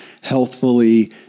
healthfully